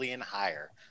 higher